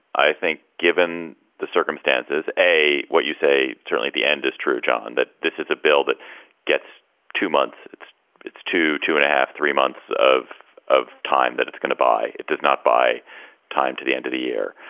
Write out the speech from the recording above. i think given the circumstances a what you say, certainly the end is true, john, that this is a bill that gets to month. it's it's two, two and a half, three months of of time that it's going to buy. it does not buy time to the end of the year,